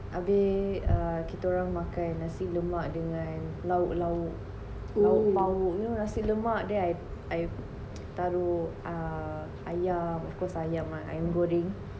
abih err kita orang makan nasi lemak dengan lauk lauk lauk pauk you know nasi lemak then I I taruk err ayam of course ayam ah ayam goreng